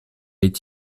est